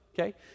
Okay